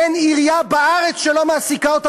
אין עירייה בארץ שלא מעסיקה אותם